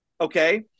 Okay